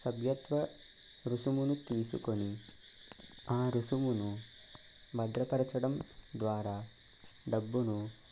సభ్యత్వ రుసుమును తీసుకొని ఆ రుసుమును భద్రపరచడం ద్వారా డబ్బును